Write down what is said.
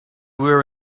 were